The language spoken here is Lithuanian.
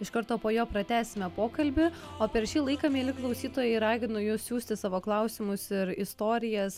iš karto po jo pratęsime pokalbį o per šį laiką mieli klausytojai raginu jus siųsti savo klausimus ir istorijas